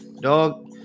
dog